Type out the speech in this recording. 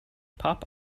pop